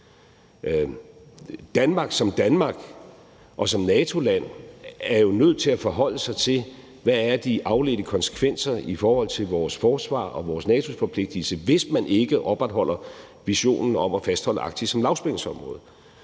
Danmark som Danmark og som NATO-land er jo nødt til at forholde sig til, hvad de afledte konsekvenser er i forhold til vores forsvar og vores NATO-forpligtelse, hvis man ikke opretholder visionen om at fastholde Arktis som lavspændingsområde.